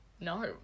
no